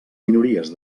minories